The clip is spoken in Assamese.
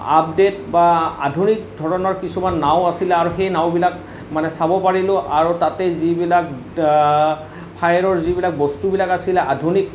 আপডেট বা আধুনিক ধৰণৰ কিছুমান নাও আছিলে আৰু সেই নাওবিলাক মানে চাব পাৰিলোঁ আৰু তাতেই যিবিলাক ফায়াৰৰ যিবিলাক বস্তুবিলাক আছিলে আধুনিক